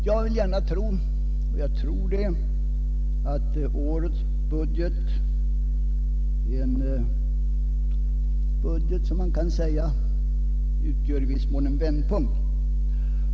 Jag vill gärna tro att årets budget i viss mån utgör en vändpunkt.